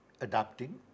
adapting